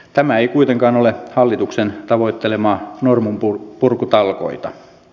tämä ei kuitenkaan ole hallituksen tavoittelemaa norminpurkutalkoota